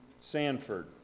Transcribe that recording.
Sanford